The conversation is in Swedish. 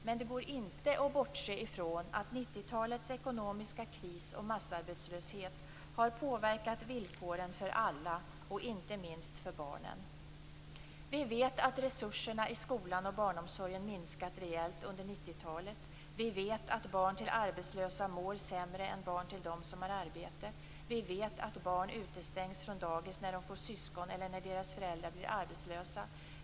Men det går inte att bortse från att 90-talets ekonomiska kris och massarbetslöshet har påverkat villkoren för alla, inte minst för barnen. · Vi vet att resurserna i skolan och barnomsorgen minskat rejält under 90-talet. · Vi vet att barn till arbetslösa mår sämre än barn till dem som har arbete. · Vi vet att barn utestängs från dagis när de får syskon eller när deras föräldrar blir arbetslösa.